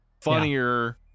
funnier